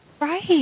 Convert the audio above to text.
Right